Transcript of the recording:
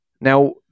Now